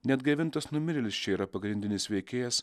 ne atgaivintas numirėlis čia yra pagrindinis veikėjas